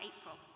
April